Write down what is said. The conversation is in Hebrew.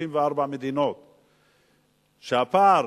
סגן שר האוצר,